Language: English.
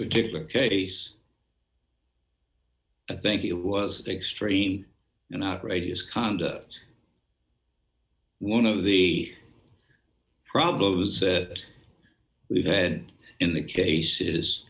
particular case i think it was the extreme and outrageous conduct one of the problem was that we've had in the case